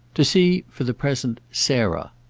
to see for the present sarah.